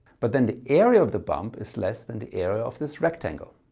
but then the area of the bump is less than the area of this rectangle